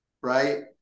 right